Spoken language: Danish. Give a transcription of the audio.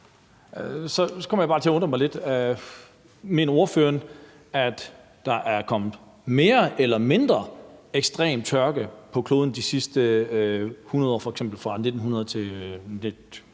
så kommer jeg bare til at undre mig lidt. Mener ordføreren, at der er kommet mere eller mindre ekstrem tørke på kloden de sidste 100 år, f.eks. fra 1900 til 2000